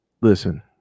listen